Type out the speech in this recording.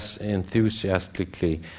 enthusiastically